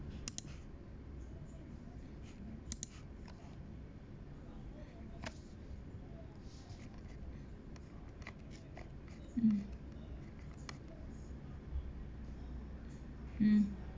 mm mm